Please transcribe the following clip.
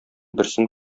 берсен